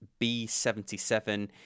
B77